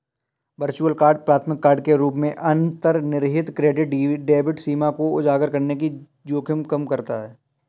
virtual card प्राथमिक card के रूप में अंतर्निहित क्रेडिट डेबिट सीमा को उजागर करने के जोखिम को कम करता है